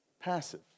passive